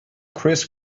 chris